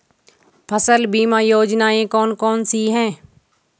फसल बीमा योजनाएँ कौन कौनसी हैं?